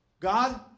God